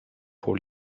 pour